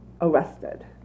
arrested